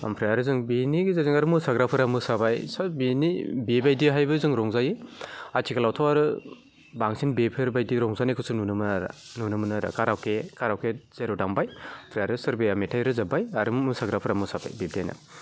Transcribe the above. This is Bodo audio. ओमफ्राय आरो जों बेनि गेजेरजों आरो मोसाग्राफोरा मोसाबाय स' बेनि बेबायदिहायबो जों रंजायो आथिखालावथ' आरो बांसिन बेफोरबायदि रंजानायखौ जों नुनो मोना आरो नुनो मोनो आरो खारावखे खारावखे जेराव दामबाय ओमफ्राय आरो सोरबाया मेथाइ रोजाबबाय आरो मोसाग्राफोरा मोसाबाय बिबदिनो